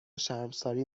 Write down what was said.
شرمساری